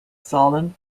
solon